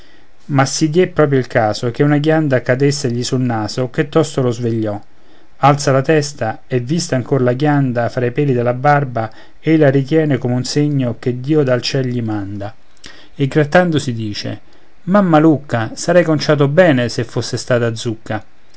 ma si dié proprio il caso che una ghianda cadessegli sul naso che tosto lo svegliò alza la testa e vista ancor la ghianda fra i peli della barba ei la ritiene come un segno che dio dal ciel gli manda e grattandosi dice mammalucca sarei conciato bene se fosse stata zucca